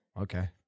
Okay